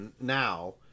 Now